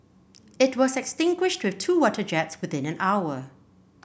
it was extinguished with two water jets within an hour